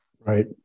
Right